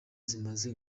zimeze